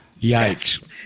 yikes